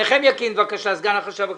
נחמיה קינד, סגן החשב הכללי,